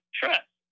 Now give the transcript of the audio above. trust